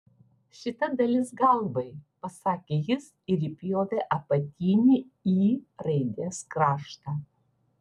šita dalis galvai pasakė jis ir įpjovė apatinį y raidės kraštą